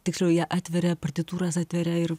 tiksliau ją atveria partitūras atveria ir